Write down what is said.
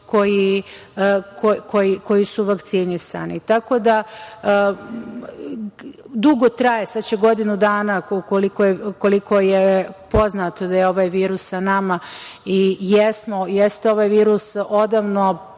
koji su vakcinisani. Tako da, dugo traje, sad će godinu dana, koliko je poznato da je ovaj virus sa nama. Jeste ovaj virus odavno